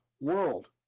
world